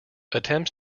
attempts